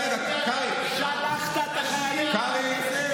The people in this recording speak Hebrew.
שלחת את החיילים לעזאזל.